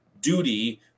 duty